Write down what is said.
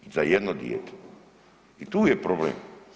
Za jedno dijete i tu je problem.